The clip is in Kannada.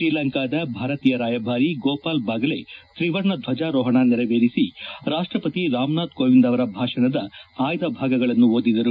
ಶ್ರೀಲಂಕಾದ ಭಾರತೀಯ ರಾಯಭಾರಿ ಗೋಪಾಲ್ ಬಾಗಲೆ ತ್ರಿವರ್ಣ ಧ್ವಜಾರೋಹಣ ನೆರವೇರಿಸಿ ರಾಷ್ಷಪತಿ ರಾಮನಾಥ್ ಕೋವಿಂದ್ ಅವರ ಭಾಷಣದ ಆಯ್ದ ಭಾಗಗಳನ್ನು ಓದಿದರು